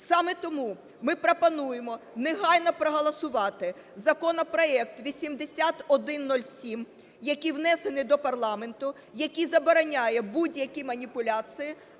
Саме тому ми пропонуємо негайно проголосувати законопроект 8107, який внесений до парламенту, який забороняє будь-які маніпуляції